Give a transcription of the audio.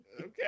okay